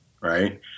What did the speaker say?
right